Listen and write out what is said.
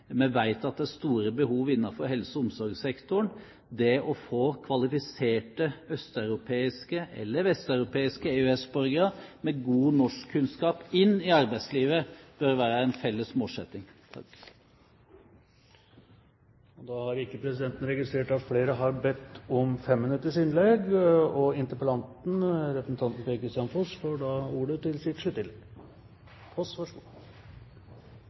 Vi vet at det er store behov innenfor helse- og omsorgssektoren. Det å få kvalifiserte østeuropeiske, eller vesteuropeiske, EØS-borgere med gode norskkunnskaper inn i arbeidslivet bør være en felles målsetting. Det har i den senere tid vært mye diskusjon om den såkalt nordiske velferdsmodellen, av og